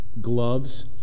gloves